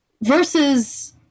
versus